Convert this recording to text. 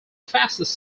fastest